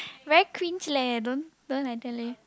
very cringe leh don't don't like that leh